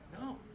No